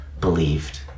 believed